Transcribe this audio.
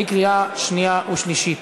קריאה שנייה ושלישית.